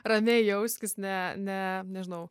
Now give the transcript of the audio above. ramiai jauskis ne ne nežinau